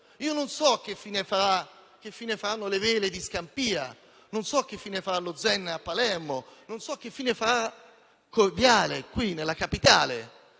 Io non so che fine faranno le Vele di Scampia; non so che fine farà lo Zen a Palermo; non so che fine farà il Corviale, qui nella Capitale.